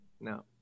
no